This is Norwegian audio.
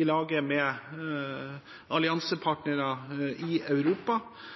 i lag med alliansepartnere i Europa,